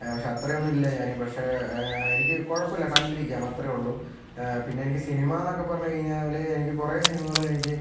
പക്ഷേ അത്രയൊന്നും ഇല്ല ഞാൻ പക്ഷേ എനിക്ക് കുഴപ്പമില്ല കണ്ടിരിക്കാം അത്രയേ ഉള്ളൂ പിന്നെ എനിക്ക് സിനിമ എന്നൊക്കെ പറഞ്ഞുകഴിഞ്ഞാൽ എനിക്ക് കുറേ സിനിമകൾ എനിക്ക്